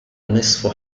نصف